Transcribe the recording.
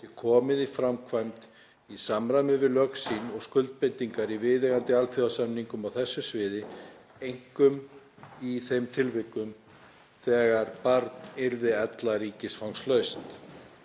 komið í framkvæmd í samræmi við lög sín og skuldbindingar í viðeigandi alþjóðasamningum á þessu sviði, einkum í þeim tilvikum þegar barn yrði ella ríkisfangslaust.“